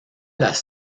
las